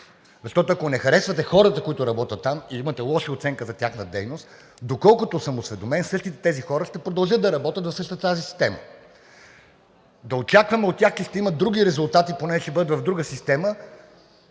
Защото, ако не харесвате хората, които работят там, и имате лоша оценка за тяхната дейност, доколкото съм осведомен, същите тези хора ще продължат да работят в същата тази система. Да очакваме от тях, че ще имат други резултати, понеже ще бъдат в друга система,